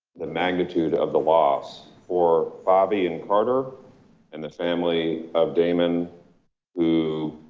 the magnitude of the loss for favi and carter and the family of damon who